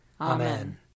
Amen